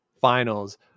finals